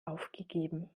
aufgegeben